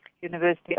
University